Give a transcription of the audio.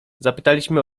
zapytaliśmy